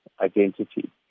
identity